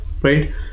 right